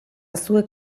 zuek